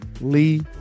Lee